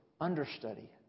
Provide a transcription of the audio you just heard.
understudy